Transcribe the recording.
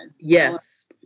Yes